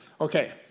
Okay